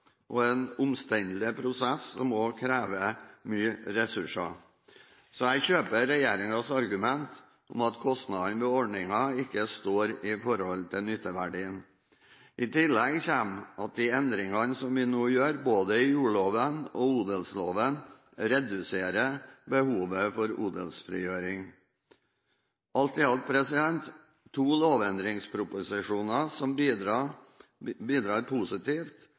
og en omstendelig prosess som også krever mye ressurser. Så jeg kjøper regjeringens argument om at kostnaden ved ordningen ikke står i forhold til nytteverdien. I tillegg reduserer de endringene vi nå gjør både i jordloven og odelsloven, behovet for odelsfrigjøring. Alt i alt har vi to lovendringsproposisjoner som bidrar positivt